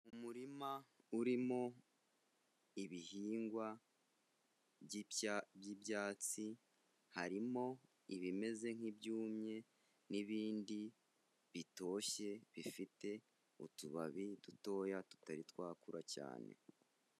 Mu muririma urimo ibihingwa by'ibyatsi, harimo ibimeze nk'ibyumye, n'ibindi bitoshye bifite utubabi dutoya tutari twakura cyane.